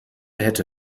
hätte